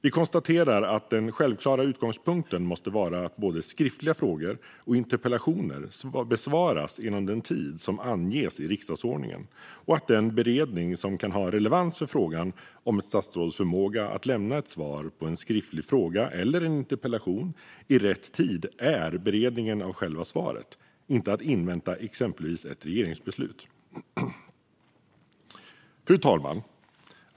Vi konstaterar att den självklara utgångspunkten måste vara att både skriftliga frågor och interpellationer besvaras inom den tid som anges i riksdagsordningen och att det som kan ha relevans för frågan om ett statsråds förmåga att lämna ett svar på en skriftlig fråga eller en interpellation i rätt tid är beredningen av själva svaret, inte att man vill invänta exempelvis ett regeringsbeslut. Fru talman!